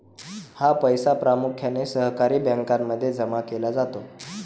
हा पैसा प्रामुख्याने सहकारी बँकांमध्ये जमा केला जातो